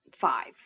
five